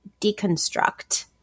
deconstruct